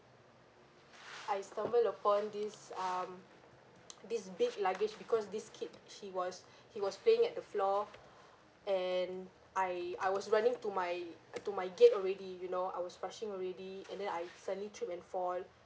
I stumbled upon this um this big luggage because this kid she was he was playing at the floor and I I was running to my uh to my gate already you know I was rushing already and then I suddenly trip and fall